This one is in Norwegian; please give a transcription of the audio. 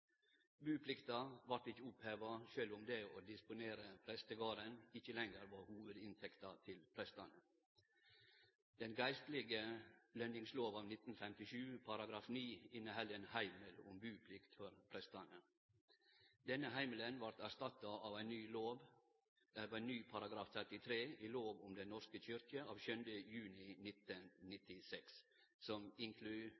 Buplikta vart ikkje oppheva, sjølv om det å disponere prestegarden ikkje lenger var hovudinntekta til prestane. Den geistlege lønningslov av 1957, § 9, inneheld ein heimel om buplikt for prestane. Denne heimelen vart erstatta av ein ny –§ 33 – i lov om Den norske kirke, av 7. juni